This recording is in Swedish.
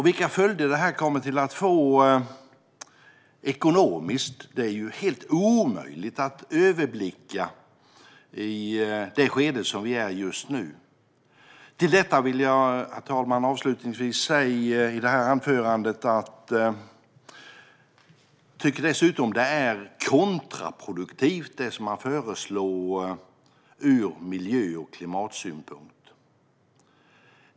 Vilka följder detta kommer att få ekonomiskt är helt omöjligt att överblicka i det skede som vi är i just nu. Herr talman! Avslutningsvis vill jag i detta anförande säga att jag dessutom tycker att det som man föreslår är kontraproduktivt ur miljö och klimatsynpunkt.